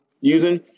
using